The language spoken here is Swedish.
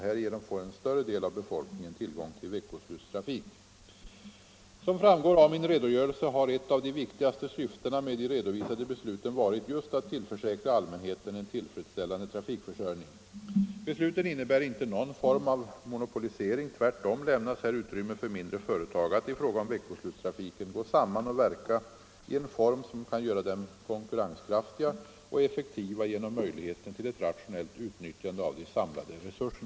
Härigenom får en större del av befolkningen tillgång till veckoslutstrafik. Som framgår av min redogörelse har ett av de viktigaste syftena med de redovisade besluten varit just att tillförsäkra allmänheten en tillfredsställande trafikförsörjning. Besluten innebär inte någon form av monopolisering. Tvärtom lämnas här utrymme för mindre företag att i fråga om veckoslutstrafiken gå samman och verka i en form som kan göra dem konkurrenskraftiga och effektiva genom möjligheten till ett rationellt Nr 13